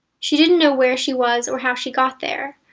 she didn't know where she was or how she got there.